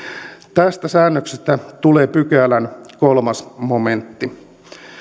tästä säännöksestä tulee pykälän kolmas momentti